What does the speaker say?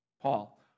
Paul